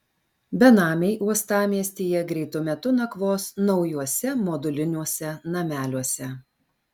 benamiai uostamiestyje greitu metu nakvos naujuose moduliniuose nameliuose